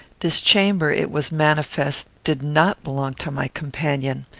this chamber, it was manifest, did not belong to my companion.